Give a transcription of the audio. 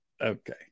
Okay